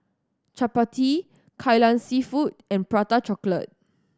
chappati Kai Lan Seafood and Prata Chocolate